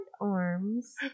arms